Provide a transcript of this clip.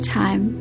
time